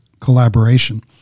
collaboration